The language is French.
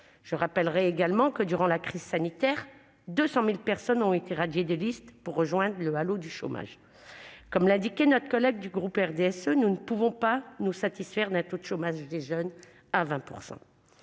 Je rappelle en outre que, durant la crise sanitaire, 200 000 personnes ont été radiées des listes pour rejoindre le halo du chômage. Comme l'indiquait notre collègue du groupe RDSE, nous ne pouvons pas nous satisfaire d'un taux de chômage des jeunes à 20 %.